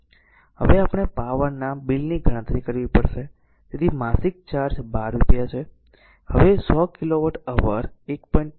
હવે આપણે પાવરના બિલની ગણતરી કરવી પડશે તેથી માસિક ચાર્જ 12 રૂપિયા છે હવે 100 કિલોવોટ અવર 1